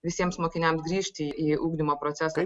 visiems mokiniams grįžti į ugdymo procesą